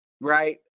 right